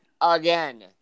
again